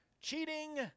cheating